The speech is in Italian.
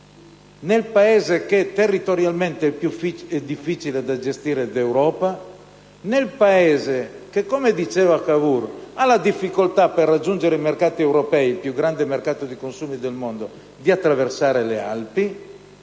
d'Europa e che, territorialmente, è il più arduo da gestire d'Europa; in quel Paese che, come diceva Cavour, ha la difficoltà, per raggiungere i mercati dell'Europa - il più grande mercato di consumo del mondo - di attraversare le Alpi.